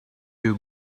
you